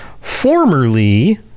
formerly